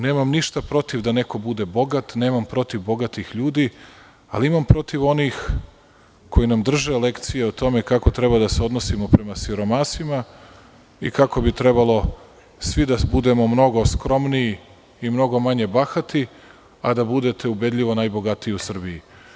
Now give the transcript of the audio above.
Nemam ništa protiv da neko bude bogat, nemam protiv bogatih ljudi, ali imam protiv onih koji nam drže lekciju o tome kako treba da se odnosimo prema siromasima i kako bi trebalo svi da budemo mnogo skromniji i mnogo manje bahati, a da budete ubedljivo najbogatiji u Srbiji.